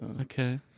Okay